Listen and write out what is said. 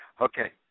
okay